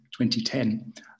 2010